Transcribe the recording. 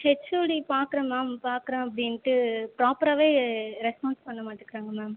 HOD பார்க்குறேன் ma'am பார்க்குறேன் அப்படின்ட்டு ப்ராப்பராகவே ரெஸ்பான்ஸ் பண்ண மாட்டேக்கிறாங்க மேம்